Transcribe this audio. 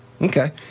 Okay